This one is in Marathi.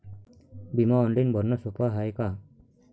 बिमा ऑनलाईन भरनं सोप हाय का?